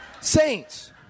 Saints